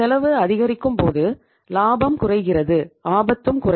செலவு அதிகரிக்கும் போது லாபம் குறைகிறது ஆபத்தும் குறையும்